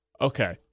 Okay